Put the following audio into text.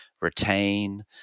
retain